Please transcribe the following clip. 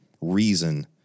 reason